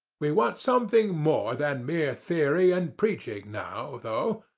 we want something more than mere theory and preaching now, though.